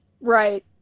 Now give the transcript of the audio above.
Right